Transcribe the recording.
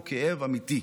הוא כאב אמיתי,